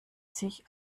sich